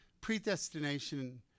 predestination